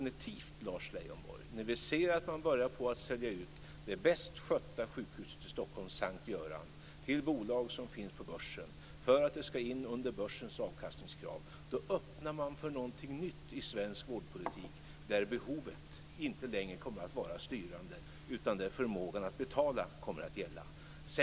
När vi ser att man börjar sälja ut det bäst skötta sjukhuset i Stockholm, S:t Göran, till bolag som finns på börsen för att det ska in under börsens avkastningskrav, öppnar man för någonting nytt i svensk vårdpolitik där behovet inte längre kommer att vara styrande, utan där förmågan att betala kommer att gälla.